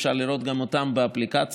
ואפשר לראות גם אותן באפליקציה.